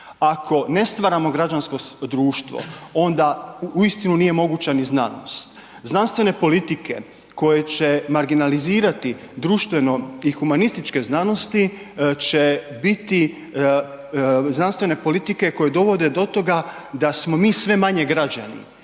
Ako ne stvaramo građansko društvo, onda uistinu nije moguća ni znanost. Znanstvene politike koje će marginalizirati društveno i humanističke znanosti, će biti znanstvene politike koje dovode do toga da smo mi sve manje građani,